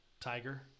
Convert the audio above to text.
Tiger